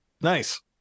Nice